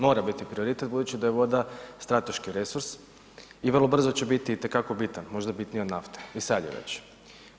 Mora biti prioritet budući da je voda strateški resurs i vrlo brzo će biti itekako bitan, možda bitniji od nafte i sad je već.